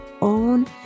own